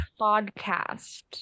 podcast